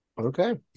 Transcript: okay